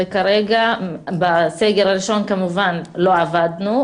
כרגע בסגר הראשון כמובן לא עבדנו,